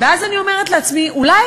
אבל אני יודעת שהוא גם חשב לעצמו: איך